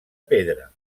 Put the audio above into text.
pedra